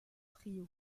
trio